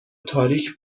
تاریک